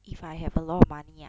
if I have a lot of money ah